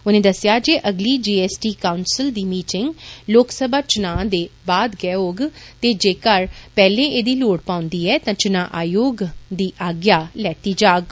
उनें दस्सेआ जे अगली ळैज् कोसिंल दी मीटिंग लोक सभा चुनाव दे बाद गै होग ते जेकर पैहले एह्दी लोड़ पॉर्टीएं तां चुनाव आयोग दी आज्ञा लैती जाग